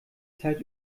zeit